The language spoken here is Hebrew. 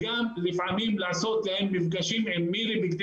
וגם לפעמים לעשות להם מפגשים עם מירי בכדי